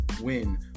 win